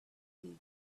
you